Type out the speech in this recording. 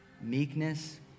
Meekness